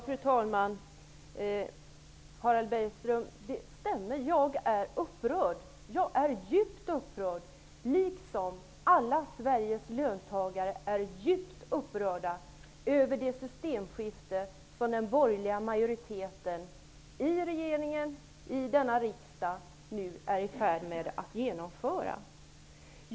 Fru talman! Jag är, Harald Bergström, djupt upprörd, liksom alla Sveriges löntagare, över det systemskifte som den borgerliga majoriteten i regeringen och i denna kammare är i färd med att genomföra.